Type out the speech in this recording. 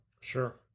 Sure